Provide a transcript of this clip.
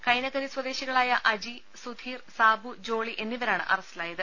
കൈനകരി സ്വദേശികളായ അജി സുധീർ സാബു ജോളി എന്നിവരാണ് അറസ്റ്റിലായത്